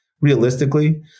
realistically